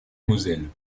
moselle